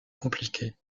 compliquées